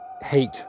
hate